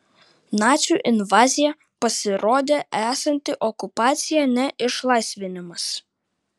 nacių invazija pasirodė esanti okupacija ne išlaisvinimas